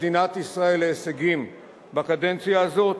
מדינת ישראל להישגים בקדנציה הזאת,